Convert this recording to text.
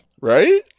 Right